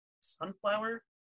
Sunflower